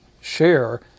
share